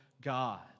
God